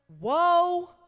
Whoa